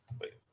Wait